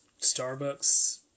Starbucks